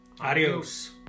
Adios